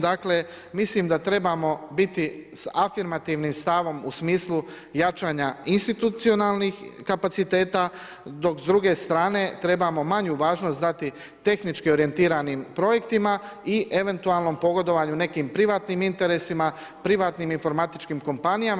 Dakle mislim da trebamo biti s afirmativnim stavom u smislu jačanja institucionalnih kapaciteta, dok s druge strane trebamo manju važnost dati tehnički orijentiranim projektima i eventualnom pogodovanju nekim privatnim interesima, privatnim informatičkim kompanijama.